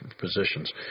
positions